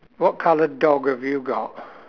what colour dog have you got